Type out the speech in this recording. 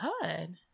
Good